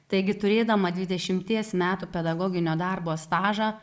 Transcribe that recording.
taigi turėdama dvidešimties metų pedagoginio darbo stažą